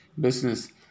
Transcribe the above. business